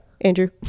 andrew